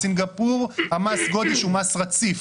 בסינגפור מס הגודש הוא מס רציף,